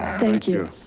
thank you.